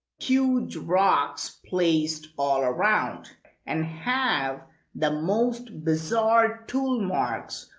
huge rocks placed all around and have the most bizarre tool marks.